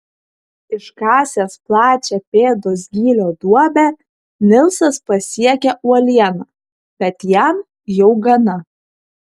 iškasęs plačią pėdos gylio duobę nilsas pasiekia uolieną bet jam jau gana